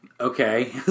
Okay